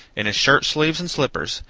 in his shirt sleeves and slippers,